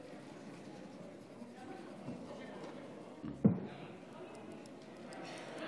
לצאת יותר מהר, כי אני הגעתי, אחמד